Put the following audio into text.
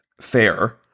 fair